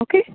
okay